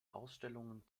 ausstellungen